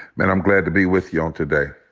man, i'm glad to be with you on today.